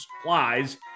supplies